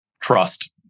Trust